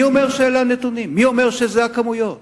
מי אומר שאלה הנתונים, מי אומר שאלה הכמויות?